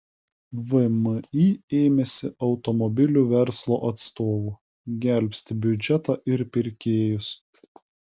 vmi ėmėsi automobilių verslo atstovų gelbsti biudžetą ir pirkėjus